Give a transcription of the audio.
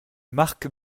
marc